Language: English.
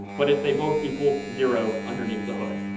but they both equal zero underneath the hood.